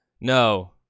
No